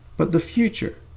but the future.